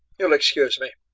you'll excuse me?